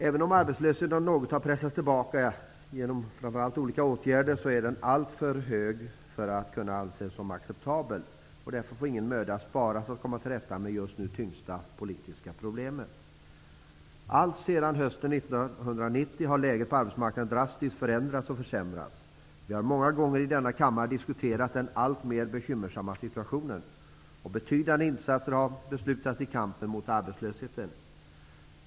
Även om arbetslösheten har pressats något tillbaka genom framför allt olika åtgärder är den alltför hög för att kunna anses som acceptabel. Därför får ingen möda sparas för att komma till rätta med det just nu tyngsta politiska problemet. Alltsedan hösten 1990 har läget på arbetsmarknaden drastiskt förändrats och försämrats. Vi har många gånger i denna kammare diskuterat den alltmer bekymmersamma situationen. Betydande insatser har beslutats i kampen mot arbetslösheten.